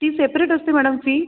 ती सेपरेट असते madam fee